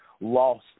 lost